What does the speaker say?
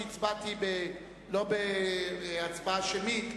אף שההצבעה לא היתה שמית,